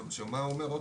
שמה הוא אומר?